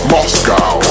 Moscow